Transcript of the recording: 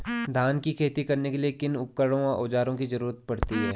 धान की खेती करने के लिए किन किन उपकरणों व औज़ारों की जरूरत पड़ती है?